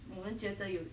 我们觉得有